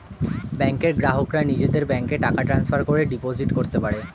ব্যাংকের গ্রাহকরা নিজের ব্যাংকে টাকা ট্রান্সফার করে ডিপোজিট করতে পারে